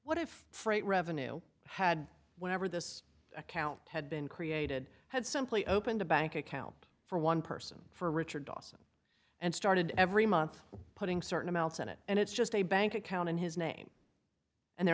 what if freight revenue had whenever this account had been created had simply opened a bank account for one person for richard dawson and started every month putting certain amounts on it and it's just a bank account in his name and they're